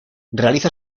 realiza